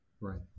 right